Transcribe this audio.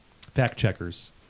fact-checkers